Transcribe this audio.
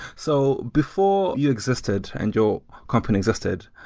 so before you existed and your company existed,